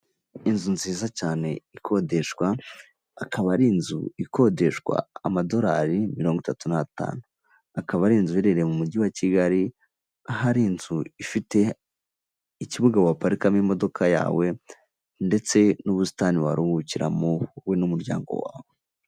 Inzu nziza cyane ikodeshwa, akaba ari inzu ikodeshwa amadolari mirongo itatu n'atanu. Akaba ari inzu iherereye mu mujyi wa Kigali, ahari inzu ifite ikibuga waparikamo imodoka yawe ndetse n'ubusitani waruhukiramo wowe n'umuryango wawe.